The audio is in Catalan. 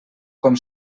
com